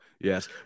Yes